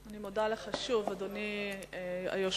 אני מודה לך שוב, אדוני היושב-ראש.